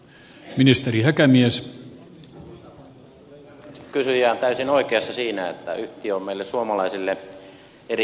kysyjä on täysin oikeassa siinä että yhtiö on meille suomalaisille erittäin tärkeä